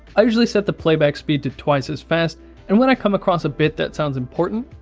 i usually set the playback speed to twice as fast and when i come across a bit that sounds important,